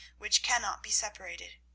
which cannot be separated.